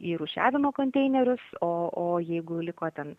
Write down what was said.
į rūšiavimo konteinerius o o jeigu liko ten